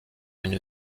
une